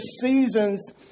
seasons